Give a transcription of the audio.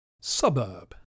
Suburb